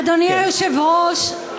אדוני היושב-ראש,